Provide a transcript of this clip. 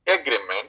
agreement